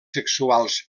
sexuals